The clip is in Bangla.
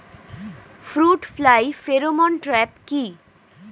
ফ্রুট ফ্লাই ফেরোমন ট্র্যাপ কি?